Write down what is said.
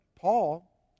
Paul